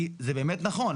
כי זה באמת נכון,